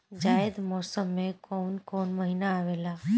जायद मौसम में काउन काउन महीना आवेला?